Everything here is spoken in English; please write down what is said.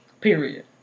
Period